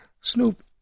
Snoop